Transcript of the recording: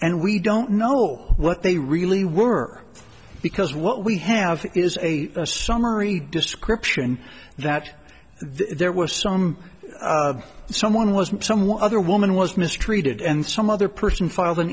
and we don't know what they really were because what we have is a summary description that there was some someone wasn't someone other woman was mistreated and some other person filed an